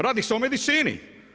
Radi se o medicini.